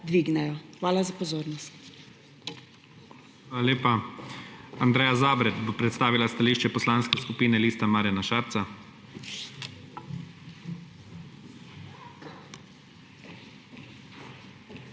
Hvala za pozornost.